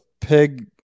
Pig